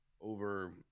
over